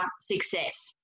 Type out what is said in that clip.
success